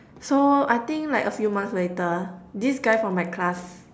so I think like a few months later this guy from my class